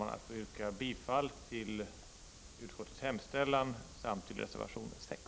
Jag ber med detta att få yrka bifall till reservation 6 och i Övrigt till utskottets hemställan.